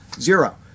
zero